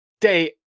day